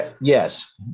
Yes